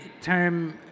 term